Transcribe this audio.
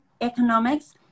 economics